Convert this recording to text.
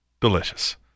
delicious